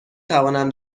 توانم